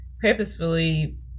purposefully